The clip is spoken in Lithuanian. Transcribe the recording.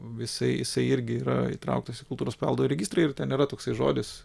jisai jisai irgi yra įtrauktas į kultūros paveldo registrą ir ten yra toksai žodis